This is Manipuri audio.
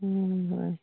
ꯍꯣꯏ ꯍꯣꯏ